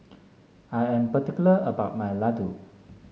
I am particular about my Laddu